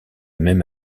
même